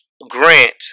Grant